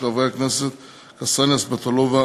של חברות הכנסת קסניה סבטלובה,